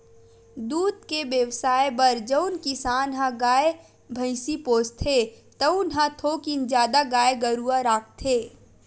दूद के बेवसाय बर जउन किसान ह गाय, भइसी पोसथे तउन ह थोकिन जादा गाय गरूवा राखथे